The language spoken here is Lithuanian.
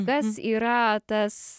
kas yra tas